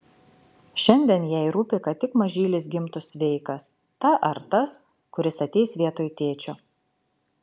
šiandien jai rūpi kad tik mažylis gimtų sveikas ta ar tas kuris ateis vietoj tėčio